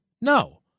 No